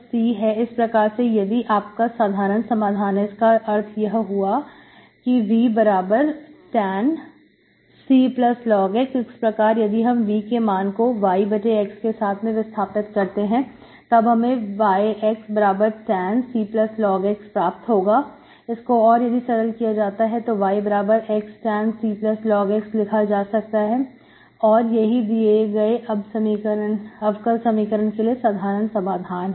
इस प्रकार से यदि आप का साधारण समाधान है तो इसका अर्थ हुआ कि Vtan⁡Clogx इस प्रकार यदि अब हम V के मान को yx के साथ में विस्थापित करते हैं तब हमें yxtan⁡Clogxप्राप्त होगा इसको और यदि सरल किया जाए तो yxtan⁡Clogxलिखा जा सकता है और यही दिए गए अब का समीकरण के लिए साधारण समाधान है